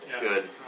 Good